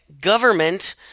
government